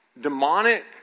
demonic